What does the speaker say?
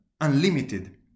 unlimited